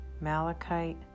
malachite